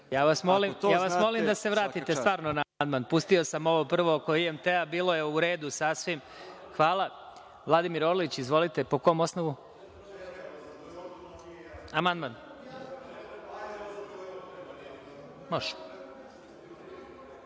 Ja vas molim da se vratite stvarno na amandman. Pustio sam ovo prvo oko IMT-a, bilo je u redu sasvim. Hvala. Vladimir Orlić, po kom osnovu?(Vladimir